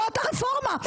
זאת הרפורמה.